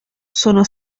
sono